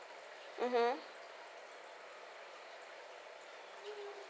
mmhmm